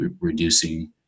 reducing